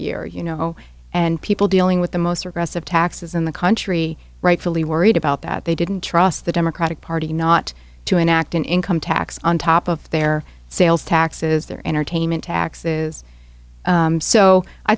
year you know and people dealing with the most regressive taxes in the country rightfully worried about that they didn't trust the democratic party not to enact an income tax on top of their sales taxes their entertainment taxes so i